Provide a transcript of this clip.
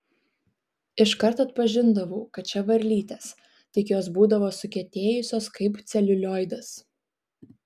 iškart atpažindavau kad čia varlytės tik jos būdavo sukietėjusios kaip celiulioidas